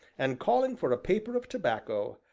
and, calling for a paper of tobacco,